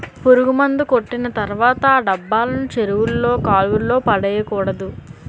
పురుగుమందు కొట్టిన తర్వాత ఆ డబ్బాలను చెరువుల్లో కాలువల్లో పడేకూడదు